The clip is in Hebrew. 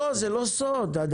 לא, זה לא סוד עדיין.